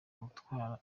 gutwara